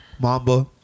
Mamba